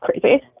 crazy